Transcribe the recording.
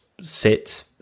sit